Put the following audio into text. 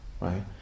Right